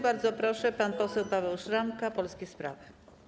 Bardzo proszę, pan poseł Paweł Szramka, Polskie Sprawy.